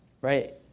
right